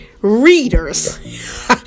Readers